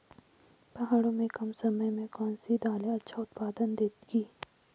पहाड़ों में कम समय में कौन सी दालें अच्छा उत्पादन देंगी?